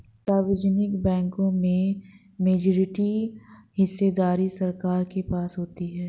सार्वजनिक बैंकों में मेजॉरिटी हिस्सेदारी सरकार के पास होती है